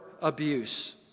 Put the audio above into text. abuse